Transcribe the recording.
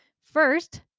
First